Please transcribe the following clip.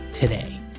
Today